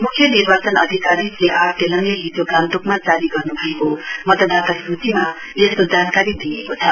मुख्य निर्वाचन अधाकरी श्री आर तेलाङले हिजो गान्तोकमा जारी गर्न् भएको मतदाताको सूचीमा यस्तो जानकारी दिइएको छ